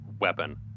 weapon